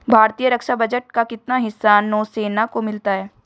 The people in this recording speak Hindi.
भारतीय रक्षा बजट का कितना हिस्सा नौसेना को मिलता है?